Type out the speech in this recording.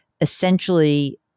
essentially